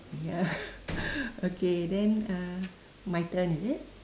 ya okay then uh my turn is it